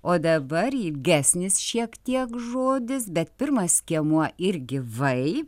o dabar ilgesnis šiek tiek žodis bet pirmas skiemuo ir gyvai